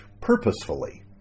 purposefully